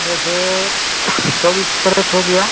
जैसे चौबिस कैरेट हो गया